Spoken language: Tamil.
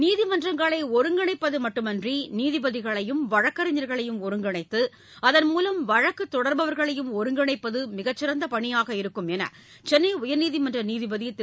நீதிமன்றங்களை ஒருங்கிணைப்பது மட்டுமின்றி நீதிபதிகளையும் வழக்கறிஞர்களையும் ஒருங்கிணைத்து அதன் மூவம் வழக்கு தொடர்பவர்களையும் ஒருங்கிணைப்பது மிகச்சிறந்த பணியாக இருக்கும் என்று சென்னை உயர்நீதிமன்ற நீதிபதி திரு